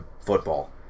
football